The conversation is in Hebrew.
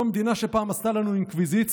פורטוגל זו המדינה שפעם עשתה לנו אינקוויזיציה,